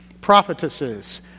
prophetesses